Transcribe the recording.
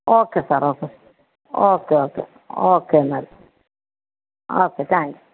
okay sir okay okay okay okay എന്നാൽ okay thanks